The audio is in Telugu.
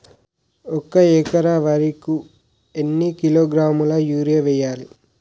ఒక ఎకర వరి కు ఎన్ని కిలోగ్రాముల యూరియా వెయ్యాలి?